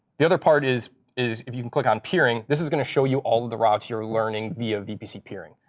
the other part is is if you can click on peering, this is going to show you all of the routes you're learning via vpc peering.